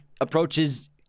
approaches